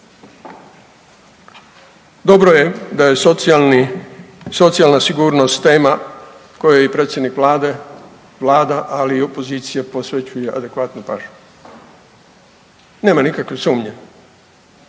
Dobro je da je socijalni, socijalna sigurnost tema koju je i predsjednik Vlade, Vlada, ali i opozicija posvećuje adekvatnu pažnju. Nema nikakve sumnje,